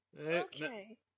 Okay